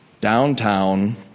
downtown